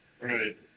Right